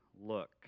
look